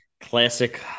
classic